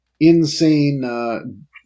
insane